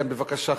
בבקשה,